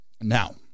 now